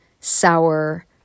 sour